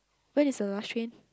when is the last train